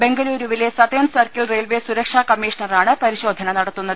ബെങ്കലൂരുവിലെ southern circle railway സുരക്ഷാ കമ്മീഷണറാണ് പരിശോധന നടത്തുന്നത്